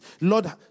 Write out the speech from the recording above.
Lord